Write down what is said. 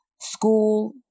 school